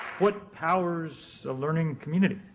what powers a learning community?